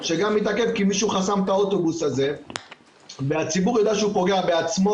לא מדבר על שעות הלילה והיום שכבר אין מי שרושם,